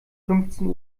fünfzehn